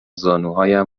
زانوهایم